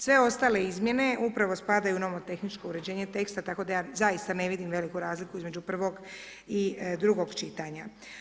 Sve ostale izmjene upravo spadaju u nomotehničko uređenje teksta tako da ja zaista ne vidim veliku razliku između prvog i drugog čitanja.